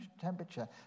temperature